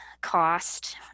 cost